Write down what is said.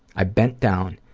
i bent down,